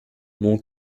mon